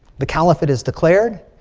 the caliphate is declared.